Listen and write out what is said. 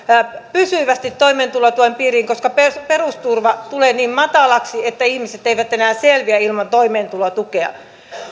pysyvästi toimeentulotuen piiriin koska perusturva tulee niin matalaksi että ihmiset eivät enää selviä ilman toimeentulotukea